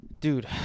Dude